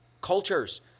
cultures